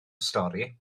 stori